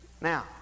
Now